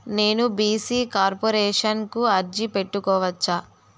నేను BC corporation కు అర్జీ పెట్టుకోవచ్చా?